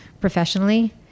professionally